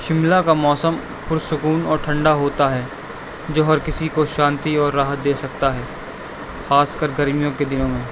شملہ کا موسم پر سکون اور ٹھنڈا ہوتا ہے جو ہر کسی کو شانتی اور راحت دے سکتا ہے خاص کر گرمیوں کے دنوں میں